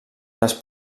les